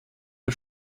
als